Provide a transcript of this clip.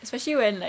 especially when like